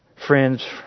Friends